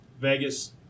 Vegas